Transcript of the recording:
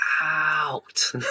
Out